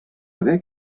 haver